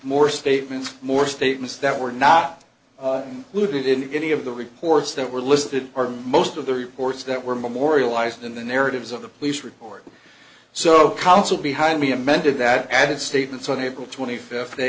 more statements more statements that were not polluted in any of the reports that were listed or most of the reports that were memorialized in the narratives of the police report so consul behind me amended that added statements on april twenty fifth